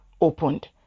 opened